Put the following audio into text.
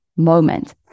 Moment